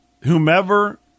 whomever